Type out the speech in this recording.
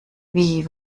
wie